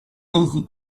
easy